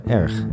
erg